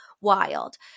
wild